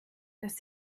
dass